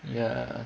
ya